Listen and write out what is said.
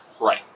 Right